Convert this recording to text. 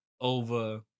over